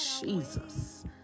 Jesus